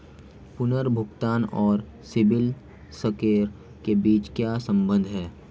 पुनर्भुगतान और CIBIL score के बीच क्या संबंध है?